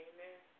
Amen